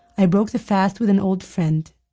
i broke the fast with an old friend.